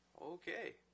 Okay